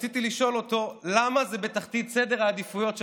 רציתי לשאול אותו: למה זה בתחתית סדר העדיפויות שלך,